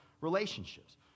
relationships